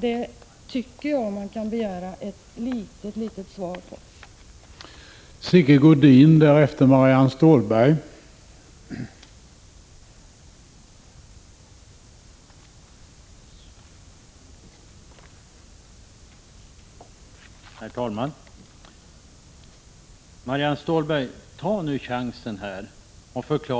Jag tycker att man kan begära åtminstone någon form av svar på de